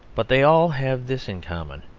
but they all have this in common,